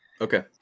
Okay